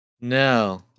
No